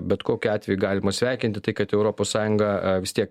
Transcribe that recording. bet kokiu atveju galima sveikinti tai kad europos sąjunga vis tiek